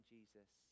Jesus